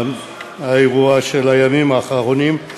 האירוע של הימים האחרונים,